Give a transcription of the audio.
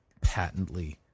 patently